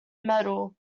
medal